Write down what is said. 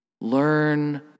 Learn